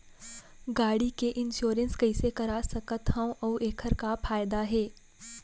गाड़ी के इन्श्योरेन्स कइसे करा सकत हवं अऊ एखर का फायदा हे?